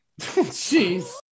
Jeez